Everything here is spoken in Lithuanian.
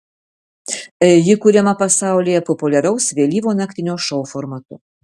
ji kuriama pasaulyje populiaraus vėlyvo naktinio šou formatu